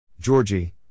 Georgie